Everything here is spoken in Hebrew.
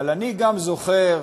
אבל אני גם זוכר